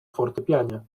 fortepianie